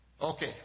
Okay